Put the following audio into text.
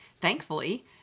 Thankfully